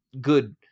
good